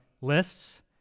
lists